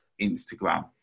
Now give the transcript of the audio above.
Instagram